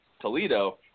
Toledo